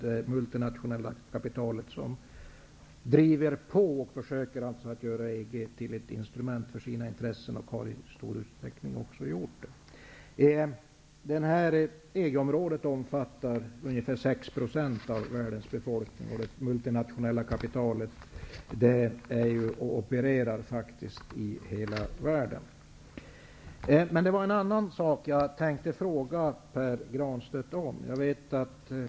Det multinationella kapitalet driver på och försöker göra EG till ett instrument för sina intressen och har i stor utsträckning också gjort det. EG-området omfattar ungefär 6 % av världens befolkning. Det multinationella kapitalet opererar faktiskt i hela världen. Jag tänkte emellertid fråga Pär Granstedt om en helt annan sak.